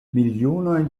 milionoj